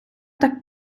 так